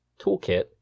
toolkit